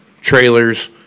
trailers